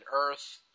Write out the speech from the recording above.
earth